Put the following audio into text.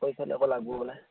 আকৌ ইফালে আকৌ লাগিব বোলে